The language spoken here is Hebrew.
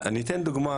אני אתן דוגמה